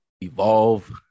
evolve